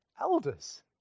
elders